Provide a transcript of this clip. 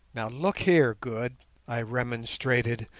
now look here, good i remonstrated,